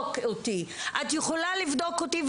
ואת יכולה לבדוק אותי,